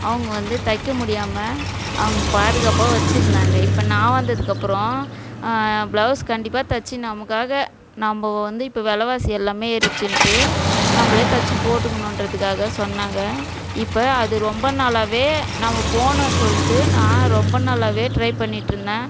அவங்க வந்து தைக்க முடியாமல் அவங்க பாதுகாப்பாக வச்சுருந்தாங்க இப்போ நான் வந்ததுக்கப்புறம் பிளவுஸ் கண்டிப்பாக தச்சு நமக்காக நம்ம வந்து இப்போ விலவாசி எல்லாமே ஏறிடுச்சின்னுட்டு நம்மளே தச்சு போட்டுக்கணுன்றத்துக்காக சொன்னாங்க இப்போ அது ரொம்ப நாளாகவே நம்ம போகணுன்னு சொல்லிட்டு நான் ரொம்ப நாளாகவே ட்ரை பண்ணிட்டு இருந்தேன்